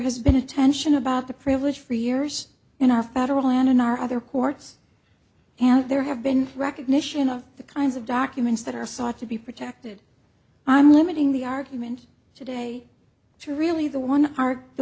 has been a tension about the privilege for years and off adderall and in our other courts and there have been recognition of the kinds of documents that are sought to be protected i'm limiting the argument today to really the one he